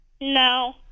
No